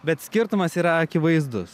bet skirtumas yra akivaizdus